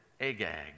Agag